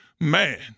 man